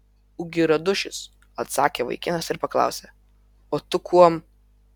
ugi radušis atsakė vaikinas ir paklausė o tu kuom